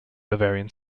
bavarian